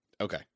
Okay